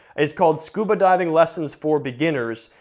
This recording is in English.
is called scuba diving lessons for beginners,